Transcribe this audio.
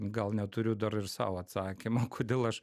gal neturiu dar ir sau atsakymo kodėl aš